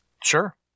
Sure